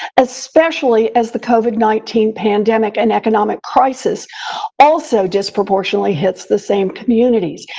especially as the covid nineteen pandemic and economic crisis also disproportionately hits the same communities.